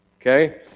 Okay